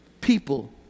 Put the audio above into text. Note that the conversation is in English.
People